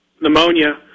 pneumonia